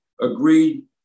agreed